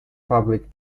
public